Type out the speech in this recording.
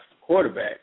quarterback